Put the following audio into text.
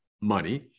money